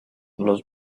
los